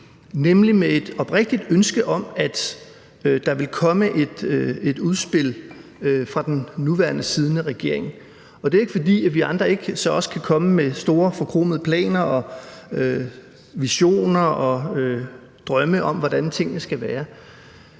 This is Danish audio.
nemlig med et oprigtigt ønske om, at der vil komme et udspil fra den nuværende siddende regering. Det er ikke, fordi vi andre så ikke også kan komme med store, forkromede planer og visioner og drømme om, hvordan tingene skal være,